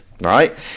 Right